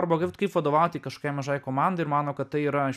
arba kaip vadovauti kažkiai mažai komandai ir mano kad tai yra iš